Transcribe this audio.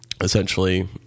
essentially